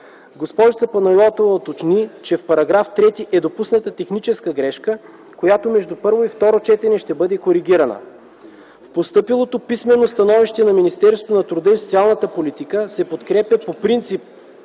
Госпожица Панайотова уточни, че в § 3 е допусната техническа грешка, която между първо и второ четене ще бъде коригирана. В постъпилото писмено становище на Министерството на труда и социалната политика се подкрепя по принцип